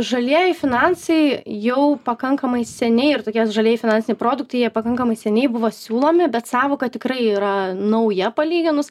žalieji finansai jau pakankamai seniai ir tokie žalieji finansiniai produktai jie pakankamai seniai buvo siūlomi bet sąvoka tikrai yra nauja palyginus